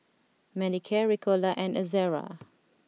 Manicare Ricola and Ezerra